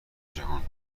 جهان